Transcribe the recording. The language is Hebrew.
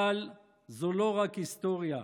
אבל זו לא רק היסטוריה.